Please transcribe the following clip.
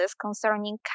concerning